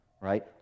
right